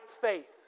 faith